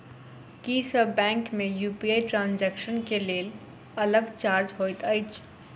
की सब बैंक मे UPI transaction केँ लेल अलग चार्ज होइत अछि?